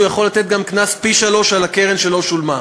הוא יכול לתת גם קנס של פי-שלושה מהקרן שלא שולמה.